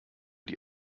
die